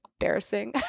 embarrassing